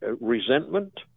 resentment